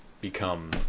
become